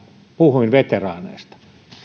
puhuin veteraaneista